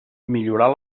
millorar